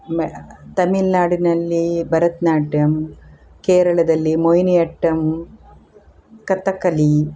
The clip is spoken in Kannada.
ಮೆ ತಮಿಳ್ ನಾಡಿನಲ್ಲಿ ಭರತನಾಟ್ಯಂ ಕೇರಳದಲ್ಲಿ ಮೋಹಿನಿಅಟ್ಟಂ ಕಥಕ್ಕಳಿ